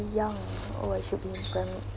young oh I should be in primary